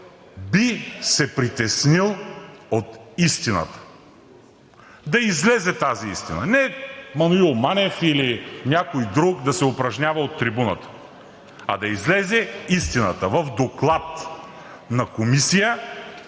би се притеснил от истината, да излезе тази истина. Не Маноил Манев или някой друг да се упражнява от трибуната, а да излезе истината в доклад на Комисията,